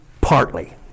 partly